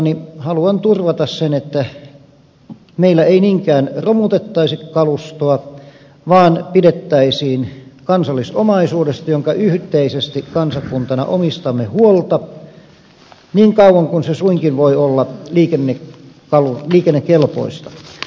lakialoitteellani haluan turvata sen että meillä ei niinkään romutettaisi kalustoa vaan pidettäisiin huolta kansallisomaisuudesta jonka yhteisesti kansakuntana omistamme niin kauan kuin se suinkin voi olla liikennekelpoista